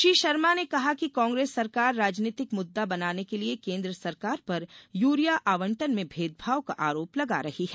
श्री शर्मा ने कहा कि कांग्रेस सरकार राजनीतिक मुददा बनाने के लिये केन्द्र सरकार पर यूरिया आवंटन में भेद भाव का आरोप लगा रही है